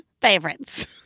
favorites